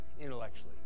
intellectually